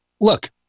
look